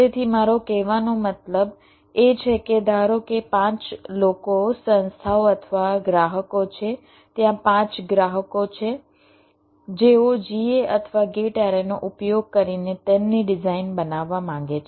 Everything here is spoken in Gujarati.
તેથી મારો કહેવાનો મતલબ એ છે કે ધારો કે પાંચ લોકો સંસ્થાઓ અથવા ગ્રાહકો છે ત્યાં પાંચ ગ્રાહકો છે જેઓ GA અથવા ગેટ એરેનો ઉપયોગ કરીને તેમની ડિઝાઇન બનાવવા માંગે છે